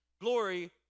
Glory